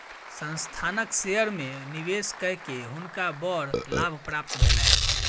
संस्थानक शेयर में निवेश कय के हुनका बड़ लाभ प्राप्त भेलैन